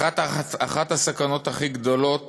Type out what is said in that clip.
אחת הסכנות הכי גדולות